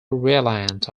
reliant